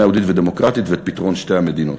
יהודית ודמוקרטית ופתרון שתי המדינות.